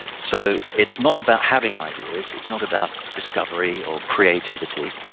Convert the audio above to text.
so it's not about having ideas, it's not about discovery or creativity,